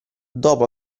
dopo